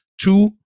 two